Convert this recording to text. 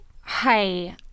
Hi